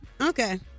Okay